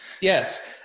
yes